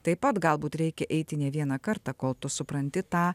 taip pat galbūt reikia eiti ne vieną kartą kol tu supranti tą